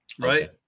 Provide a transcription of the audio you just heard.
right